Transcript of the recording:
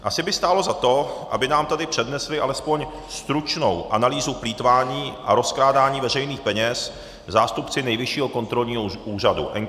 Asi by stálo za to, aby nám tady přednesli alespoň stručnou analýzu plýtvání a rozkrádání veřejných peněz zástupci Nejvyššího kontrolního úřadu, NKÚ.